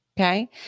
okay